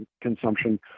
consumption